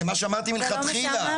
זה מה שאמרתי מלכתחילה.